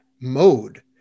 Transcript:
mode